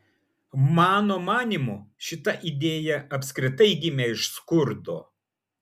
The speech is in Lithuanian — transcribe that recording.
mano manymu šita idėja apskritai gimė iš skurdo